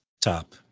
top